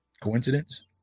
Coincidence